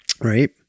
Right